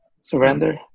surrender